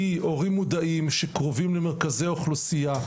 כי הורים מודעים שקרובים למרכזי האוכלוסייה,